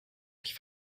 mich